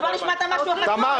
אז בואו נשמע את ה"משהו חשוב".